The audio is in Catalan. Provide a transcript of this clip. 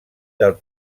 del